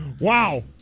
Wow